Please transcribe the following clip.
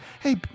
hey